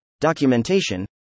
Documentation